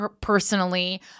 personally